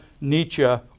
Nietzsche